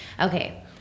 Okay